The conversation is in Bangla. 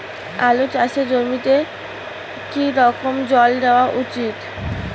আলু চাষের জমিতে কি রকম জল দেওয়া উচিৎ?